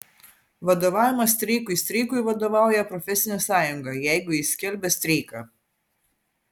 vadovavimas streikui streikui vadovauja profesinė sąjunga jeigu ji skelbia streiką